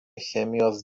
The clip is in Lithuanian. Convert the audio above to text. chemijos